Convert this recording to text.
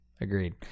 agreed